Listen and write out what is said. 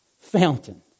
fountain